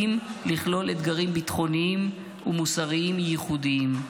לכלול אתגרים ביטחוניים ומוסריים ייחודיים.